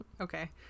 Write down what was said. Okay